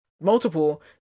multiple